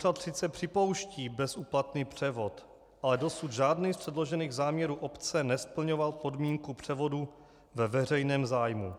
Úřad sice připouští bezúplatný převod, ale dosud žádný z předložených záměrů obce nesplňoval podmínku převodu ve veřejném zájmu.